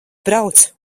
brauc